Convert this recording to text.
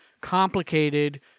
complicated